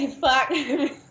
Fuck